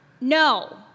No